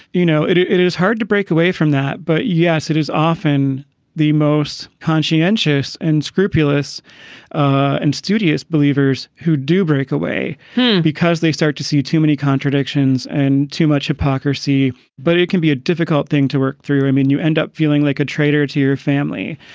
you know. it it is hard to break away from that. but yes, it is often the most conscientious and scrupulous and studious believers who do break away because they start to see too many contradictions and too much hypocrisy. but it can be a difficult thing to work through. i mean, you end up feeling like a traitor to your family.